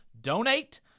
donate